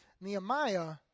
Nehemiah